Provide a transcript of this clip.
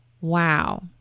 Wow